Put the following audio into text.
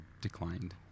declined